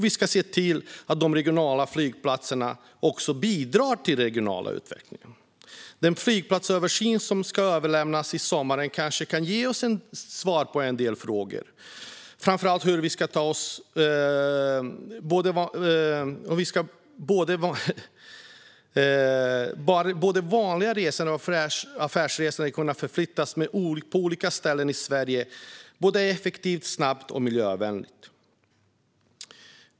Vi ska se till att de regionala flygplatserna också bidrar till den regionala utvecklingen. Den flygplatsöversyn som ska överlämnas i sommar kanske kan ge oss svar på en del frågor, framför allt om hur både vanliga resande och affärsresande ska kunna förflytta sig mellan olika ställen i Sverige effektivt, snabbt och miljövänligt.